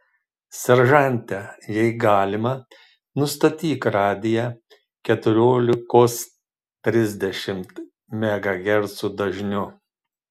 seržante jei galima nustatyk radiją keturiolikos trisdešimt megahercų dažniu